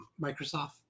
Microsoft